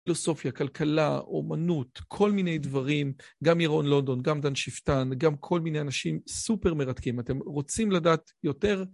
פילוסופיה, כלכלה, אומנות, כל מיני דברים, גם אירון לונדון, גם דן שפטן, גם כל מיני אנשים סופר מרתקים. אתם רוצים לדעת יותר?